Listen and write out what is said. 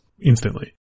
instantly